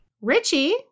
Richie